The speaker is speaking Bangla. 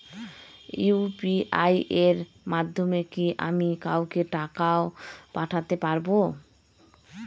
ইউ.পি.আই এর মাধ্যমে কি আমি কাউকে টাকা ও পাঠাতে পারবো?